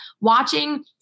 Watching